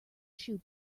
shoes